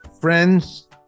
friends